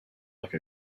like